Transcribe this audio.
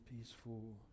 peaceful